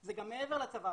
זה גם מעבר לצבא.